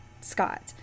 Scott